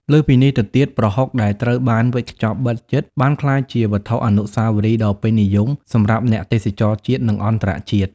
លើសពីនេះទៅទៀត ប្រហុកដែលត្រូវបានវេចខ្ចប់បិទជិត បានក្លាយជាវត្ថុអនុស្សាវរីយ៍ដ៏ពេញនិយមសម្រាប់អ្នកទេសចរណ៍ជាតិ និងអន្តរជាតិ។